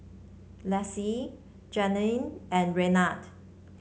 Lessie Janeen and Raynard